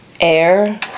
Air